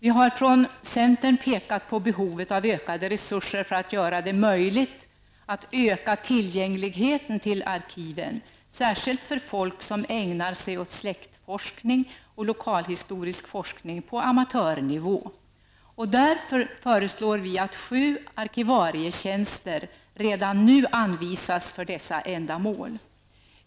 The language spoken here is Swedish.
Vi har från centern visat på behovet av ökade resurser för att göra det möjligt att öka tillgängligheten till arkiven, särskilt för folk som ägnar sig åt släktforskning och lokalhistorisk forskning på amatörnivå. Därför föreslår vi att medel för sju arkivarietjänster redan nu anvisas för dessa ändamål.